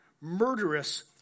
murderous